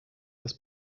das